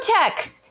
tech